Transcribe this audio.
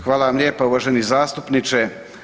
Hvala vam lijepo, uvaženi zastupniče.